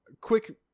quick